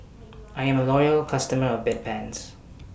I'm A Loyal customer of Bedpans